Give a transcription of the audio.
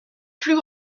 plus